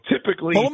Typically